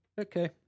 Okay